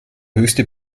höchste